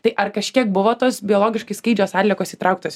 tai ar kažkiek buvo tos biologiškai skaidžios atliekos įtrauktos